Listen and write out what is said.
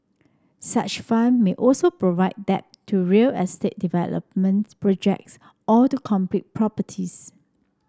such fund may also provide debt to real estate development projects or to completed properties